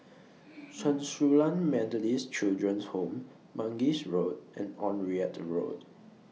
Chen Su Lan Methodist Children's Home Mangis Road and Onraet Road